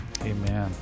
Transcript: Amen